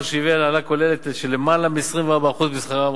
שהביאה להעלאה כוללת של למעלה מ-24% משכרם,